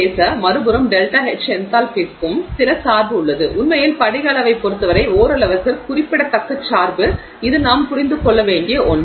மறுபுறம் ΔH என்தால்பிக்கு சில சார்பு உள்ளது உண்மையில் படிக அளவைப் பொறுத்தவரை ஓரளவுக்கு குறிப்பிடத்தக்க சார்பு இது நாம் புரிந்து கொள்ள வேண்டிய ஒன்று